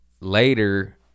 Later